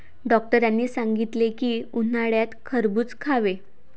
डॉक्टरांनी सांगितले की, उन्हाळ्यात खरबूज खावे